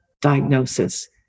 diagnosis